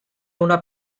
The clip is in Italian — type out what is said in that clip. una